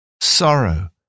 sorrow